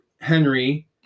Henry